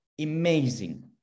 amazing